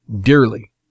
dearly